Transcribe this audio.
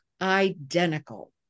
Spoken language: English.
identical